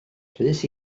rhys